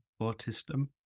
autism